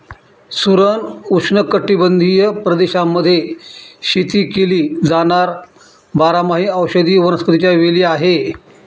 सुरण उष्णकटिबंधीय प्रदेशांमध्ये शेती केली जाणार बारमाही औषधी वनस्पतीच्या वेली आहे